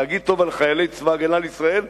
להגיד טוב על חיילי צבא-הגנה לישראל,